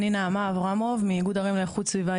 אני נעמה אברהמוב מאיגוד ערים לאיכות סביבה,